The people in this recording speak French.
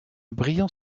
brillant